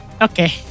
Okay